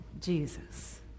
Jesus